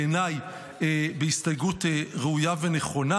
בעיניי בהסתייגות ראויה ונכונה.